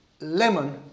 lemon